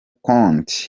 conte